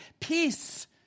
Peace